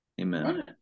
Amen